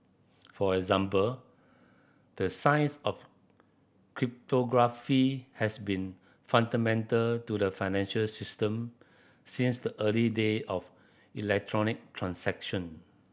for example the science of cryptography has been fundamental to the financial system since the early day of electronic transaction